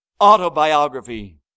autobiography